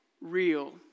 real